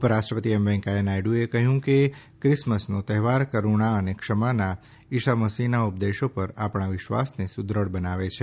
ઉપરાષ્ટ્રપતિ એમ વૈકેંયા નાયડુએ કહ્યું છે કે ક્રિસમસનો તહેવાર કરૃણા અને ક્ષમાના ઈશા મસીહના ઉપદેશો પર આપણા વિશ્વાસને સુદઢ બનાવે છે